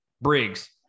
Briggs